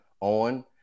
on